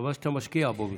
חבל שאתה משקיע בו בכלל.